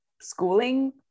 schooling